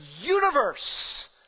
universe